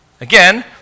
Again